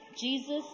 Jesus